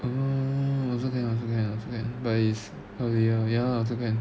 oh also can also can also can but is okay ya lah also can